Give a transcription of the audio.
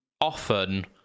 often